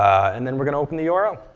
and then we're going to open the url.